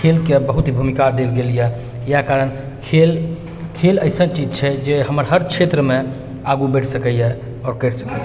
खेलके आब बहुत ही भूमिका देल गेल यऽ इएह कारण खेल खेल अइसन चीज छै जे हमर हर क्षेत्रमे आगू बढ़ि सकैए आओर करि सकैए